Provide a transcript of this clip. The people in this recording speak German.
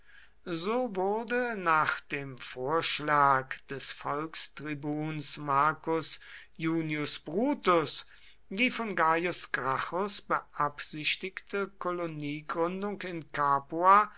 so wurde nach dem vorschlag des volkstribuns marcus iunius brutus die von gaius gracchus beabsichtigte koloniegründung in